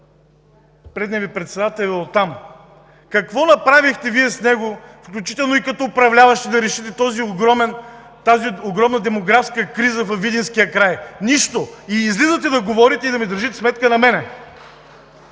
предният Ви председател е оттам. Какво направихте Вие с него, включително и като управляващи, да решите тази огромна демографска криза във Видинския край? Нищо! И излизате да говорите и да ми държите сметка на мен!